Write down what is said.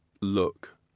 look